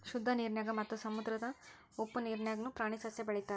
ಶುದ್ದ ನೇರಿನ್ಯಾಗ ಮತ್ತ ಸಮುದ್ರದ ಉಪ್ಪ ನೇರಿನ್ಯಾಗುನು ಪ್ರಾಣಿ ಸಸ್ಯಾ ಬೆಳಿತಾರ